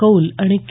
कौल आणि के